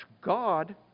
God